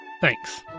Thanks